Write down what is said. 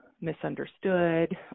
misunderstood